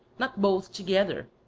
not both together,